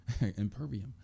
impervium